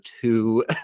two